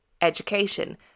education